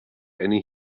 eine